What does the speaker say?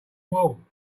warm